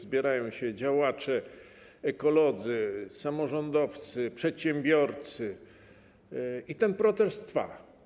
Zbierają się działacze, ekolodzy, samorządowcy, przedsiębiorcy i ten protest trwa.